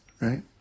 right